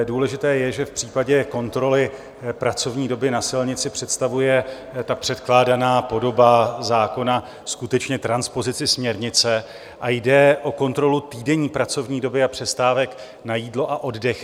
Důležité je, že v případě kontroly pracovní doby na silnici představuje předkládaná podoba zákona skutečně transpozici směrnice a jde o kontrolu týdenní pracovní doby a přestávek na jídlo a oddech.